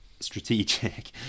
Strategic